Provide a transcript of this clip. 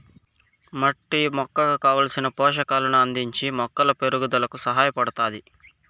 మట్టి మొక్కకు కావలసిన పోషకాలను అందించి మొక్కల పెరుగుదలకు సహాయపడుతాది